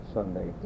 Sunday